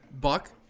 buck